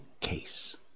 case